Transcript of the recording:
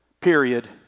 period